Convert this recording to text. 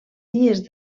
dies